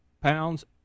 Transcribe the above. pounds